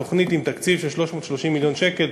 תוכנית עם תקציב של 330 מיליון שקל,